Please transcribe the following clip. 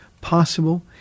possible